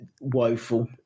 woeful